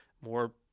more